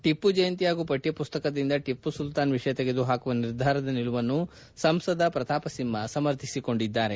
ಟಿಮ್ನ ಜಯಂತಿ ಹಾಗೂ ಪಕ್ಕ ಮಸ್ತಕದಿಂದ ಟಿಮ್ನ ಸುಲ್ತಾನ್ ವಿಷಯ ತೆಗೆದು ಹಾಕುವ ಸರ್ಕಾರದ ನಿಲುವನ್ನು ಸಂಸದ ಪ್ರತಾಪ್ ಸಿಂಪ ಸಮರ್ಥಿಸಿಕೊಂಡಿದ್ದಾರೆ